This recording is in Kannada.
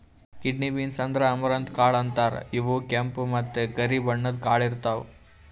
ಕಿಡ್ನಿ ಬೀನ್ಸ್ ಅಂದ್ರ ಅಮರಂತ್ ಕಾಳ್ ಅಂತಾರ್ ಇವ್ ಕೆಂಪ್ ಮತ್ತ್ ಕರಿ ಬಣ್ಣದ್ ಕಾಳ್ ಇರ್ತವ್